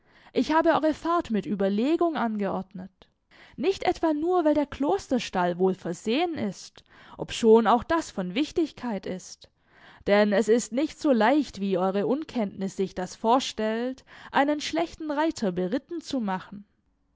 ich habe eure fahrt mit überlegung angeordnet nicht etwa nur weil der klosterstall wohl versehen ist obschon auch das von wichtigkeit ist denn es ist nicht so leicht wie eure unkenntnis sich das vorstellt einen schlechten reiter beritten zu machen